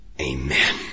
amen